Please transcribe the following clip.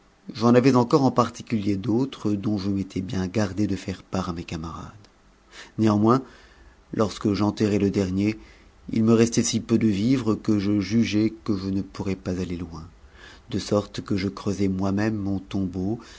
j'en avais encore en particulier d'autres dont je m'étais bien gardé de f m'c part mes camarades néanmoins lorsque j'enterrai le dernier ihn restait si peu de vivres que je jugeai que je ne pourrais pas aller loin de sorte que je creusai moi-même mon tombeau